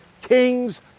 king's